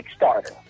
Kickstarter